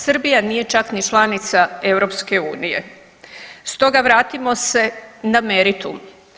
Srbija nije čak ni članica EU, stoga vratimo se na meritum.